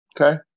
Okay